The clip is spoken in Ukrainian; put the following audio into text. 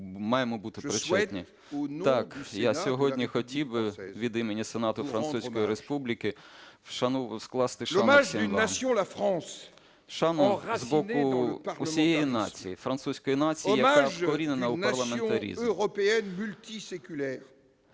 маємо бути причетні. Так, я сьогодні хотів би від імені Сенату Французької Республіки скласти шану всім вам. Шану з боку всієї нації, французької нації, яка вкорінена у парламентаризм.